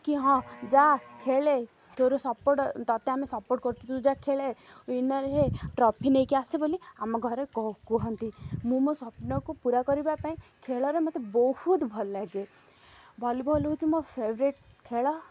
କି ହଁ ଯାହା ଖେଳେ ତୋରୁ ସପୋର୍ଟ ତତେ ଆମେ ସପୋର୍ଟ କରୁଥିଲୁ ଯାହା ଖେଳେ ୱିନର୍ ହେ ଟ୍ରଫି ନେଇକି ଆସେ ବୋଲି ଆମ ଘରେ କୁହନ୍ତି ମୁଁ ମୋ ସ୍ୱପ୍ନକୁ ପୁରା କରିବା ପାଇଁ ଖେଳରେ ମତେ ବହୁତ ଭଲ ଲାଗେ ଭଲିବଲ୍ ହେଉଛି ମୋ ଫେଭରାଇଟ୍ ଖେଳ